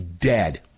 dead